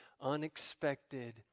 unexpected